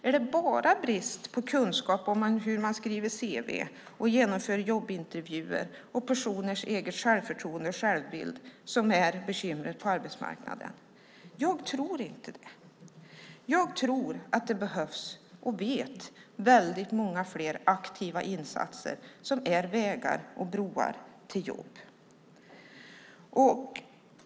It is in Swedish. Är det bara bristen på kunskap om hur man skriver ett cv och genomför jobbintervjuer samt personers självförtroende och självbild som är bekymret på arbetsmarknaden? Jag tror inte det. Jag tror, och vet, att det behövs många fler aktiva insatser för att skapa vägar och broar till jobb.